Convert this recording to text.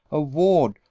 a ward,